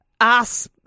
ass